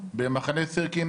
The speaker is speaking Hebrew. במחנה סירקין